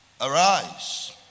arise